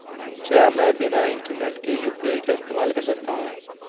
क्या मैं बिना इंटरनेट के यू.पी.आई का इस्तेमाल कर सकता हूं?